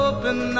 Open